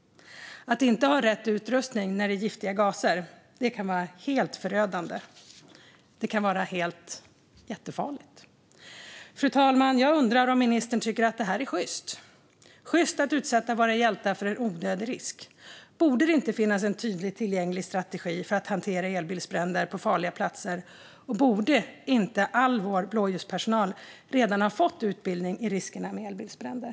Att inte ha rätt utrustning när giftiga gaser sprids kan vara helt förödande. Det kan vara jättefarligt. Fru talman! Jag undrar om ministern tycker att det är sjyst att utsätta våra hjältar för en onödig risk. Borde det inte finnas en tydlig tillgänglig strategi för att hantera elbilsbränder på farliga platser, och borde inte all vår blåljuspersonal redan ha fått utbildning i riskerna med elbilsbränder?